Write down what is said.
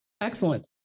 Excellent